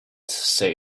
say